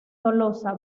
tolosa